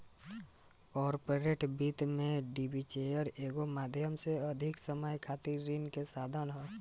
corporate वित्त में debenture एगो माध्यम से अधिक समय खातिर ऋण के साधन ह